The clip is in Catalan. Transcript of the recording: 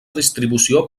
distribució